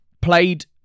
played